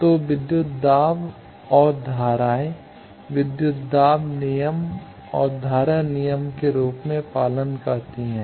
तो विद्युत दाब और धाराएँ संदर्भ समय 0250 विद्युत दाब नियम और धारा नियम के रूप का पालन करती हैं